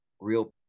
real